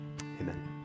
Amen